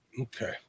Okay